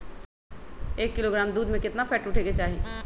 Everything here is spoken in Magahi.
एक किलोग्राम दूध में केतना फैट उठे के चाही?